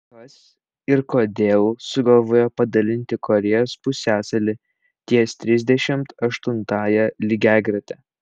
kas ir kodėl sugalvojo padalinti korėjos pusiasalį ties trisdešimt aštuntąja lygiagrete